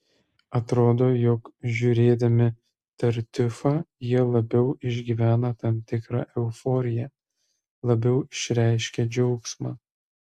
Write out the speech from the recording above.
atrodo jog žiūrėdami tartiufą jie labiau išgyvena tam tikrą euforiją labiau išreiškia džiaugsmą